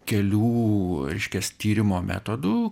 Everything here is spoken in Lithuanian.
kelių reiškias tyrimo metodų